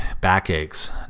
Backaches